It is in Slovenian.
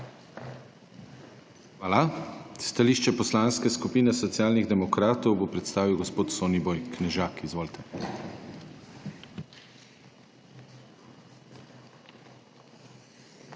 Hvala. Stališče Poslanske skupine Socialnih demokratov bo predstavil gospod Soniboj Knežak. Izvolite!